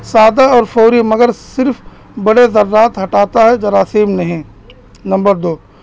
سادہ اور فوری مگر صرف بڑے درعات ہٹاتا ہے جراصم نہیں نمبر دو